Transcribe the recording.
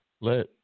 let